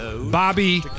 Bobby